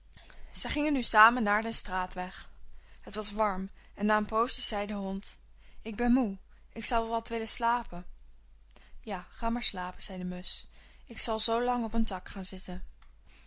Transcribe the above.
zij gingen samen naar den straatweg het was warm en na een poosje zei de hond ik ben moe ik zou wel wat willen slapen ja ga maar slapen zei de musch ik zal zoolang op een tak gaan zitten